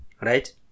Right